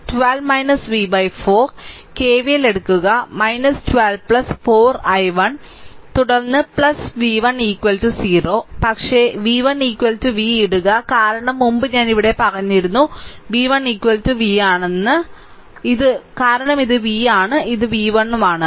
അതിനാൽ കെവിഎൽ എടുക്കുക 12 4 i1 തുടർന്ന് v1 0 പക്ഷേ v1 v ഇടുക കാരണം മുമ്പ് ഞാൻ ഇവിടെ പറഞ്ഞിരുന്നു v1 v കാരണം ഇത് v ആണ് ഇത് v1